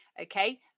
Okay